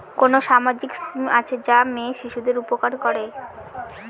কোন সামাজিক স্কিম আছে যা মেয়ে শিশুদের উপকার করে?